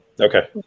Okay